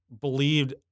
believed